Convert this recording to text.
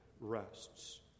rests